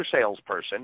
salesperson